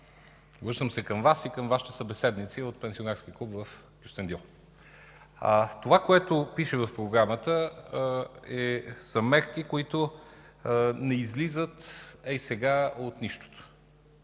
обръщам се към Вас и към Вашите събеседници от Пенсионерския клуб в Кюстендил. Това, което пише в Програмата, са мерки, които не излизат ей сега от